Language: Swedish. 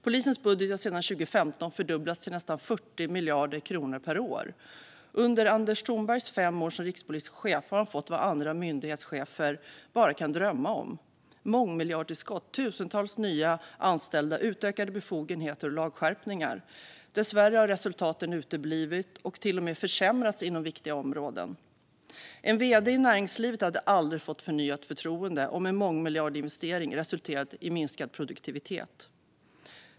Polisens budget har sedan 2015 fördubblats till nästan 40 miljarder kronor per år. Under Anders Thornbergs fem år som rikspolischef har han fått vad andra myndighetschefer bara kan drömma om, nämligen mångmiljardtillskott, tusentals nya anställda, utökade befogenheter och lagskärpningar. Dessvärre har resultaten uteblivit och till och med försämrats inom viktiga områden. En vd i näringslivet hade aldrig fått förnyat förtroende om en mångmiljardinvestering resulterat i minskad produktivitet.